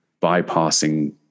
bypassing